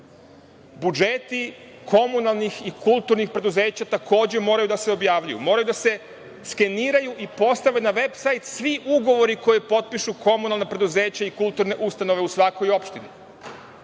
komunalnih i kulturnih preduzeća takođe moraju da se objavljuju, moraju da se skeniraju i postave na veb sajt svi ugovori koje potpišu komunalna preduzeća i kulturne ustanove u svakoj opštini. Na